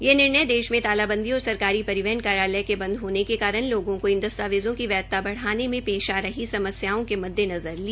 यह निर्णय देश में तालाबंदी और सरकारी परिवहन कार्यालय के बद होने के कारण लोगों को लोगों को इन दस्तावेज़ो की वैद्यता बढ़ाने में पेश आ रही समस्याओं के मद्देनज़र लिया गया है